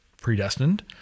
predestined